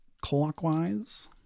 clockwise